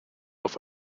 auf